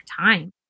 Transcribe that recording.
time